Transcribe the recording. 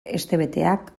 hestebeteak